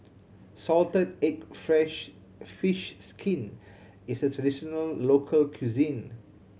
salted egg fresh fish skin is a traditional local cuisine